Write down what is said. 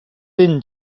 thin